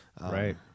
right